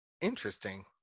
Interesting